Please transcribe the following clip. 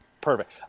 perfect